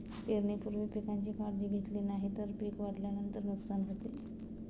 पेरणीपूर्वी पिकांची काळजी घेतली नाही तर पिक वाढल्यानंतर नुकसान होते